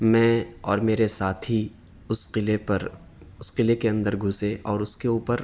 میں اور میرے ساتھی اس قلعہ پر اس قلعے کے اندر گھسے اور اس کے اوپر